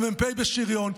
המ"פ בשריון,